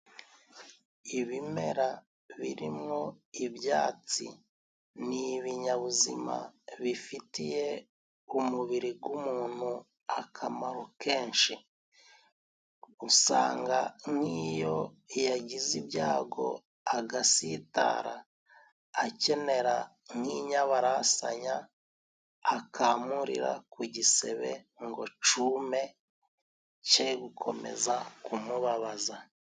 Ibimera birimwo ibyatsi ni ibinyabuzima bifitiye umubiri g'umuntuntu akamaro kenshi. Usanga nk'iyo yagize ibyago agasitara, akenera nk'inyabarasanya akamurira ku gisebe ngo cume cye gukomeza kumubabaza.